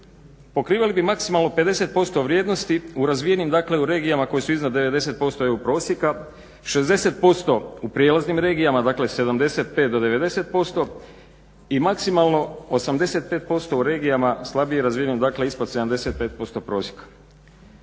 Pokrivali bi maksimalno 50% vrijednosti u razvijenim dakle u regijama koje su iznad 90% EU prosjeka, 60% u prijelaznim regijama, dakle 75-90% i maksimalno 85% u regijama slabije razvijenim znači ispod 75% prosjeka.